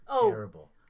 terrible